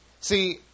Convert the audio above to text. See